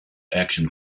action